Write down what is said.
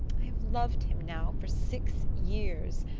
i have loved him now for six years,